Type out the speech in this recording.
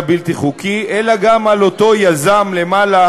הבלתי-חוקי אלא גם על אותו יזם למעלה,